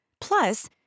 Plus